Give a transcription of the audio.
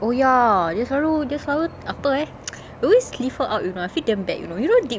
oh ya dia selalu dia selalu apa eh we always leave her out you know I feel damn bad you know you know deep